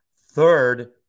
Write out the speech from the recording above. Third